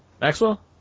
Maxwell